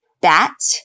bat